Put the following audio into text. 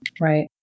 Right